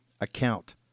account